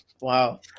Wow